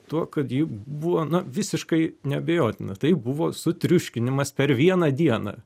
tuo kad ji buvo na visiškai neabejotina tai buvo sutriuškinimas per vieną dieną